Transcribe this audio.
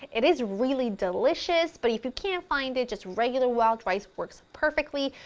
it is really delicious but if you can't find it just regular wild rice works perfectly,